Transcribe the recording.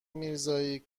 میرزایی